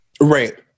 Right